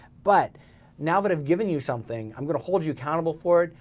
but now that i've given you something, i'm gonna hold you accountable for it.